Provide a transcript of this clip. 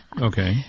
Okay